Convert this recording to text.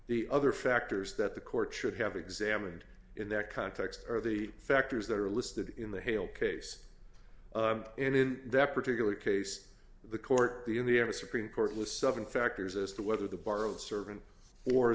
the other factors that the court should have examined in that context are the factors that are listed in the hale case and in that particular case the court the in the ever supreme court with seven factors as to whether the borrowed servant or